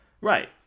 Right